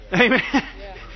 Amen